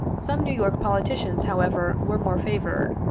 some new york politicians, however, were more favored.